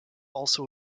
also